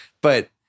But-